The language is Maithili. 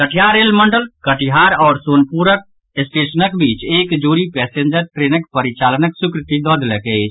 कटिहार रेल मंडल कटिहार आओर सोनपुर स्टेशनक बीच एक जोड़ी पैसेंजर ट्रेनक परिचालनक स्वीकृति दऽ देलक अछि